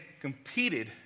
competed